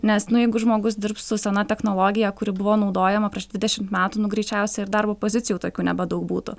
nes nu jeigu žmogus dirbs su sena technologija kuri buvo naudojama prieš dvidešimt metų nu greičiausiai ir darbo pozicijų tokių nebedaug būtų